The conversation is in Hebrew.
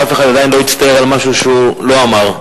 שאף אחד עדיין לא הצטער על משהו שהוא לא אמר.